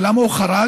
ולמה הוא חרג,